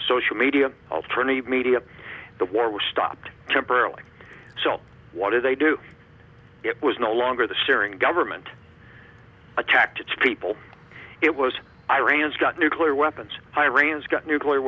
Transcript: social media alternative media the war was stopped temporarily so what did they do it was no longer the syrian government attacked its people it was iran's got nuclear weapons iran's got nuclear